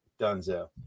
Dunzo